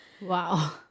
Wow